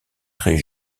très